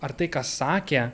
ar tai ką sakė